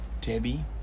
debbie